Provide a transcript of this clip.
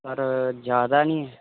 ਪਰ ਜ਼ਿਆਦਾ ਨਹੀਂ